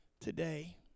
today